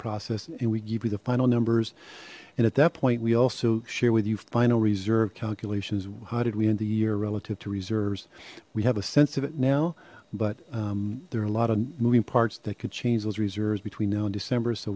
process and we give you the final numbers and at that point we also share with you final reserve calculations how did we end the year relative to reserves we have a sense of it now but there are a lot of moving parts that could change those reserves between now and december so